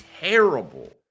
Terrible